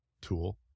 tool